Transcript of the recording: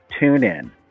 TuneIn